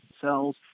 cells